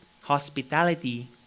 hospitality